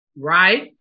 Right